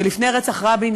ולפני רצח רבין,